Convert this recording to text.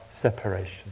separation